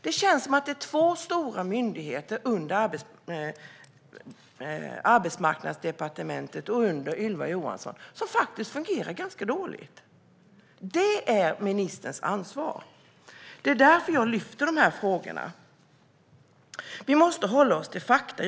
Det känns som att två stora myndigheter under Arbetsmarknadsdepartementet och Ylva Johansson faktiskt fungerar ganska dåligt. Det är ministerns ansvar, och det är därför jag lyfter de här frågorna. Vi måste hålla oss till fakta.